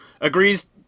agrees